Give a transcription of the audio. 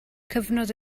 cyfnod